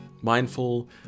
Mindful